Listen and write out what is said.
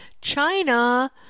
China